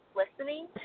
listening